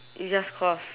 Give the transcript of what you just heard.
you just cross